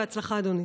בהצלחה, אדוני.